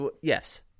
yes